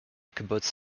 kibbutz